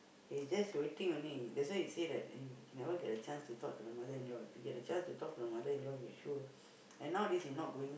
he's just waiting only that's why he say that he never get a chance to talk to mother-in-law he get the chance to talk to mother-in-law issue and now this is not going